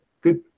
Good